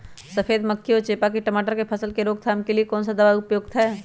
सफेद मक्खी व चेपा की टमाटर की फसल में रोकथाम के लिए कौन सा दवा उपयुक्त है?